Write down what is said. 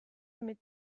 mit